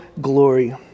glory